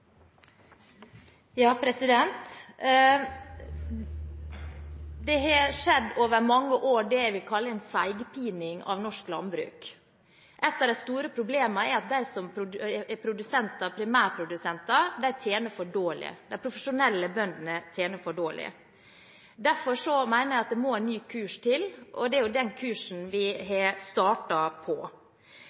Over mange år har det skjedd det jeg vil kalle en seigpining av norsk landbruk. Et av de store problemene er at de som er produsenter, primærprodusenter, tjener for dårlig. De profesjonelle bøndene tjener for dårlig. Derfor mener jeg at det må en ny kurs til, og det er den kursen vi har startet på.